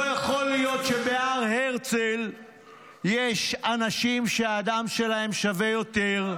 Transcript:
לא יכול להיות שבהר הרצל יש אנשים שהדם שלהם שווה יותר,